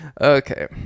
Okay